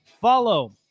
follow